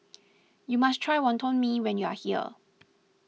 you must try Wonton Mee when you are here